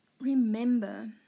Remember